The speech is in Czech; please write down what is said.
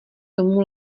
tomu